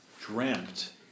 dreamt